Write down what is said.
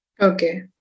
Okay